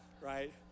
right